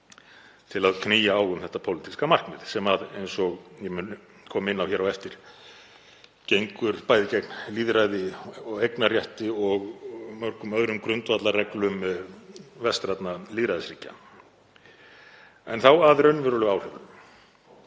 til að knýja á um þetta pólitíska markmið sem, eins og ég mun koma inn á hér á eftir, gengur bæði gegn lýðræði og eignarrétti og mörgum öðrum grundvallarreglum vestrænna lýðræðisríkja. En þá að raunverulegu áhrifunum.